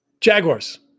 Jaguars